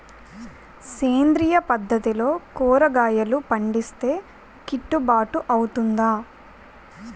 సేంద్రీయ పద్దతిలో కూరగాయలు పండిస్తే కిట్టుబాటు అవుతుందా?